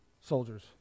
soldiers